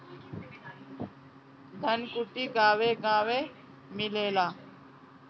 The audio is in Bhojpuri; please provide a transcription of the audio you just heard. धनकुट्टी गांवे गांवे मिलेला